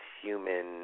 Human